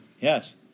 Yes